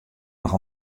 noch